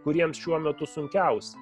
kuriems šiuo metu sunkiausia